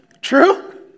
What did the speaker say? True